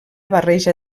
barreja